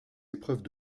épreuves